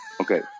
Okay